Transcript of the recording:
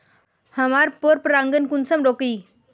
हमार पोरपरागण कुंसम रोकीई?